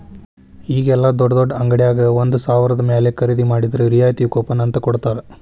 ಈಗ ಯೆಲ್ಲಾ ದೊಡ್ಡ್ ದೊಡ್ಡ ಅಂಗಡ್ಯಾಗ ಒಂದ ಸಾವ್ರದ ಮ್ಯಾಲೆ ಖರೇದಿ ಮಾಡಿದ್ರ ರಿಯಾಯಿತಿ ಕೂಪನ್ ಅಂತ್ ಕೊಡ್ತಾರ